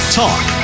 talk